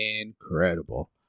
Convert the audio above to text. incredible